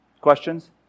questions